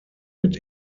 mit